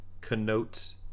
connotes